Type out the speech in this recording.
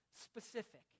specific